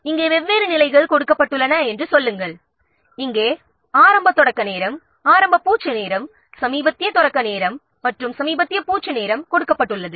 இங்கே வெவ்வேறு நிலைகள் கொடுக்கப்பட்டுள்ளன என்று சொல்லுங்கள் இங்கே ஆரம்ப தொடக்க நேரம் ஆரம்ப பூச்சு நேரம் சமீபத்திய தொடக்க நேரம் மற்றும் சமீபத்திய பூச்சு நேரம் கொடுக்கப்பட்டுள்ளது